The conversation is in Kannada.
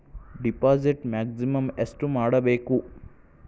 ಡಿಪಾಸಿಟ್ ಮ್ಯಾಕ್ಸಿಮಮ್ ಎಷ್ಟು ಮಾಡಬೇಕು?